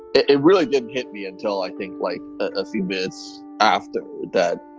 it it really didn't hit me until i think like a few minutes after that.